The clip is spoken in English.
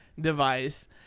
device